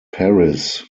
paris